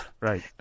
right